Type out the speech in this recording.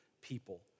people